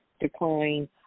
decline